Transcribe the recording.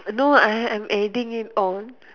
no I'm adding it on